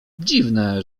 dziwne